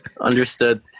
Understood